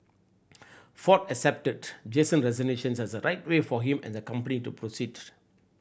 Ford accepted Jason's resignation as the right way for him and the company to proceed